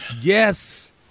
yes